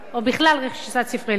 או בכלל רכישת ספרי לימוד.